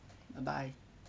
bye bye